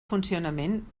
funcionament